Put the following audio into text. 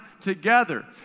together